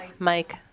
mike